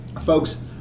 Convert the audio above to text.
Folks